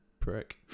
Prick